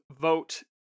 vote